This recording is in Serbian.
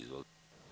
Izvolite.